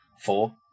four